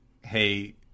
hey